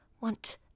want